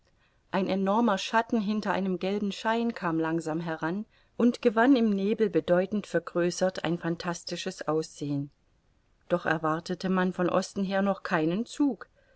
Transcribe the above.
ein enormer schatten hinter einem gelben schein kam langsam heran und gewann im nebel bedeutend vergrößert ein phantastisches aussehen doch erwartete man von osten her noch keinen zug